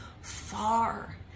far